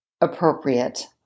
appropriate